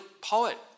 poet